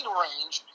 range